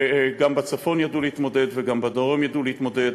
וגם בצפון ידעו להתמודד, וגם בדרום ידעו להתמודד,